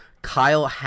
Kyle